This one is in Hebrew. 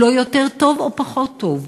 הוא לא יותר טוב או פחות טוב,